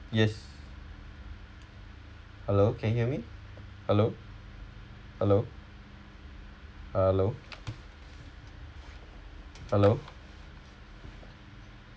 yes hello can hear me hello hello hello hello